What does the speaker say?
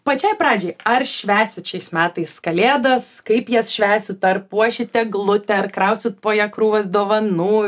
pačiai pradžiai ar švęsit šiais metais kalėdas kaip jas švęsit ar puošit eglutę ar krausit po ja krūvas dovanų